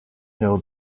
know